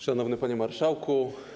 Szanowny Panie Marszałku!